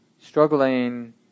struggling